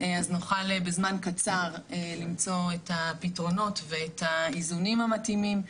אז נוכל בזמן קצר למצוא את הפתרונות ואת האיזונים המתאימים.